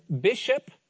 bishop